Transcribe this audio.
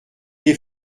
des